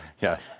Yes